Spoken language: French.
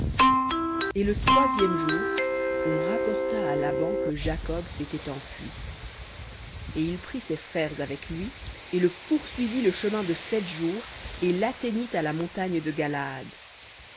et le troisième jour on rapporta à laban que jacob s'était enfui et il prit ses frères avec lui et le poursuivit le chemin de sept jours et l'atteignit à la montagne de galaad